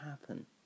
happen